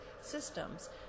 systems